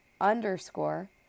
underscore